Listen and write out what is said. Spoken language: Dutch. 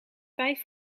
vijf